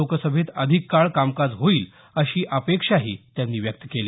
लोकसभेत अधिक काळ कामकाज होईल अशी अपेक्षाही त्यांनी व्यक्त केली